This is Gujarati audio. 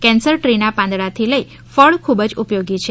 કેન્સર દ્રીના પાંદડાં થી લઈ ફળ ખૂબ જ ઉપયોગી છે